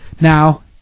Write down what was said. now